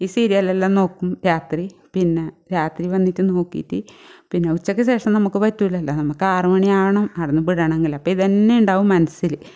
ഈ സീരിയലെല്ലാം നോക്കും രാത്രി പിന്നെ രാത്രി വന്നിട്ട് നോക്കീട്ട് പിന്നെ ഉച്ചക്ക് ശേഷം നമുക്ക് പറ്റൂലല്ലോ നമുക്ക് ആറ് മണിയാവണം അവിടുന്ന് വിടണമെങ്കിൽ അപ്പം ഇതുതന്നെ ഉണ്ടാവും മനസ്സിൽ